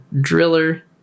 Driller